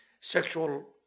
sexual